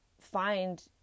find